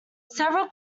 several